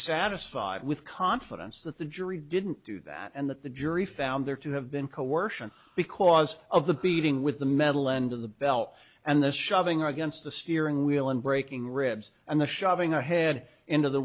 satisfied with confidence that the jury didn't do that and that the jury found there to have been coercion because of the beating with the metal end of the belt and this shoving against the steering wheel and breaking ribs and the shoving our head into the